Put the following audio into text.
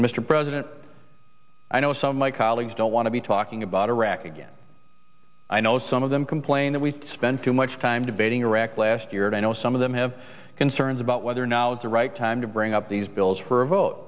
mr president i know some of my colleagues don't want to be talking about iraq again i know some of them complain that we spent too much time debating iraq last year and i know some of them have concerns about whether or not the right time to bring up